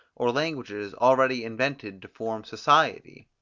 or languages already invented to form society?